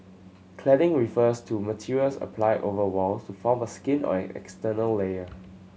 cladding refers to materials applied over walls to form a skin or an external layer